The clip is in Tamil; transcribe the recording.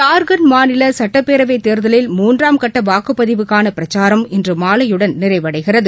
ஜார்கண்ட் மாநில சட்டப்பேரவை தேர்தலில் மூன்றாம் கட்ட வாக்குப்பதிவுக்கான பிரச்சாரம் இன்று மாலையுடன் நிறைவடைகிறது